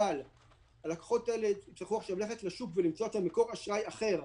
אבל הלקוחות האלה יצטרכו עכשיו ללכת לשוק ולמצוא מקור אשראי אחר.